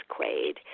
Quaid